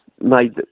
made